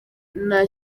nta